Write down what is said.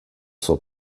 zur